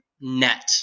net